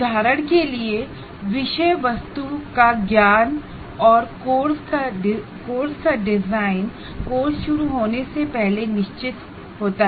उदाहरण के लिए विषय वस्तु का ज्ञान और कोर्स का डिजाइन कोर्स शुरू होने से पहले निश्चित होता है